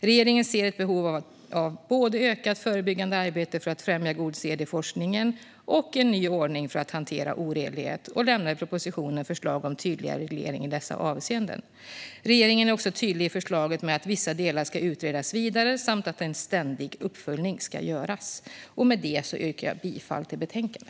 Regeringen ser ett behov av både ökat förebyggande arbete för att främja god sed i forskningen och en ny ordning för att hantera oredlighet, och regeringen lämnar i propositionen förslag om tydliga regleringar i dessa avseenden. Regeringen är också tydlig i förslaget av att vissa delar ska utredas vidare samt att en ständig uppföljning ska göras. Jag yrkar bifall till utskottets förslag i betänkandet.